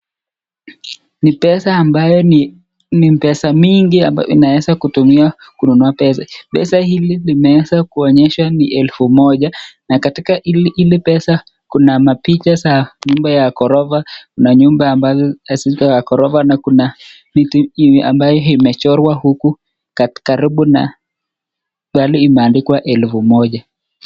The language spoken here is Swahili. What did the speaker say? Ni pesa ambayo ni pesa mingi ambayo inaweza kutumiwa kununua pesa, pesa hili imeweza kuonyesha ni elfu moja na katika hili pesa kuna mapicha za nyumba ya ghorofa na nyumba ambazo zisizo ya ghorofa na kuna vitu mingi ambayo imechorwa huku karibu na pahali imeandikwa elfu moja.